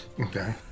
Okay